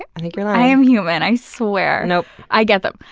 i think you're lying. i'm human. i swear. you know i get them.